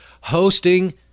hosting